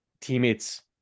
teammates